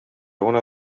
una